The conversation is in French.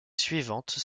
suivantes